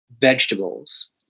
vegetables